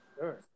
Sure